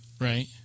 Right